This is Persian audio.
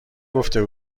گفته